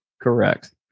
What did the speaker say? Correct